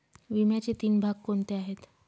विम्याचे तीन भाग कोणते आहेत?